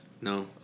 No